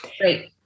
Great